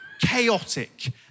chaotic